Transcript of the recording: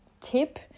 tip